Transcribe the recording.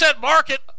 market